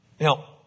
Now